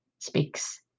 speaks